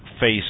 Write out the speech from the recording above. face